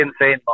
insane